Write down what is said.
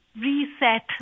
reset